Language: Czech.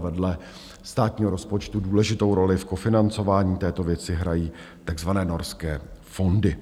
Vedle státního rozpočtu důležitou roli v kofinancování této věci hrají takzvané Norské fondy.